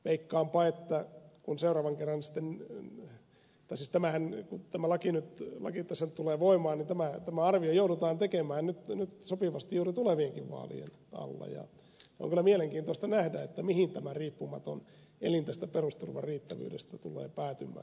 veikkaanpa että kun tämä laki nyt tässä tulee voimaan ja tämä arvio joudutaan tekemään nyt sopivasti juuri tulevienkin vaalien alla niin on kyllä mielenkiintoista nähdä mihin tämä riippumaton elin tästä perusturvan riittävyydestä tulee päätymään